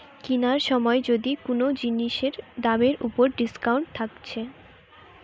কিনার সময় যদি কুনো জিনিসের দামের উপর ডিসকাউন্ট থাকছে